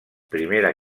primera